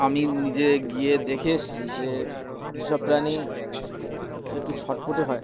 আমি নিজে গিয়ে দেখে এসছি যে যেসব প্রাণী একটু ছটফটে হয়